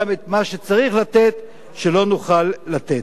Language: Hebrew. גם את מה שצריך לתת לא נוכל לתת.